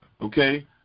okay